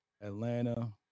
Atlanta